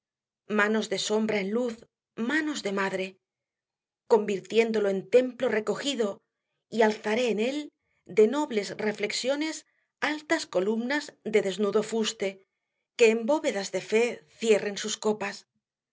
manos de sombra en luz manos de madre convirtiéndolo en templo recojido y alzaré en él de nobles reflexiones altas columnas de desnudo fuste que en bóvedas de fé cierren sus copas